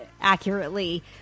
accurately